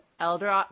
elder